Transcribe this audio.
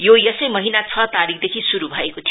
यो यसै महिना छ तारिखदेखि शुरु भएको थियो